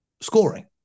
scoring